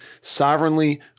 sovereignly